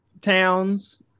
towns